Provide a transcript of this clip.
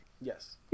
yes